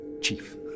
chief